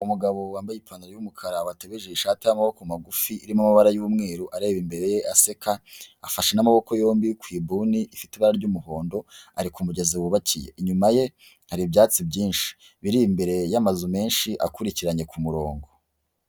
Umugabo wambaye ipantaro y'umukara bategereje ishati y'amaboko magufi irimo amabara y'umweru areba imbere ye aseka, afashe n'amaboko yombi ku ibuni ifite ibara ry'umuhondo ari umugezi wubakiye, inyuma ye hari ibyatsi byinshi biri imbere y'amazu menshi akurikiranye ku murongo.